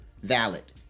valid